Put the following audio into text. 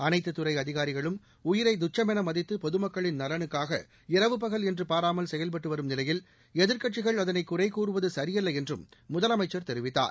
அனைத்து துறை அதிகாரிகளும் உயிரை துச்சமௌ மதித்து பொதுமக்களின் நலனுக்காக இரவு பகல் என்று பாராமல் செயல்பட்டு வரும் நிலையில் எதிர்க்கட்சிகள் அதனை குறை கூறுவது சரியல்ல என்றும் முதலமைச்சர் தெரிவித்தார்